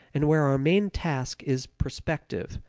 and where our main task is prospective,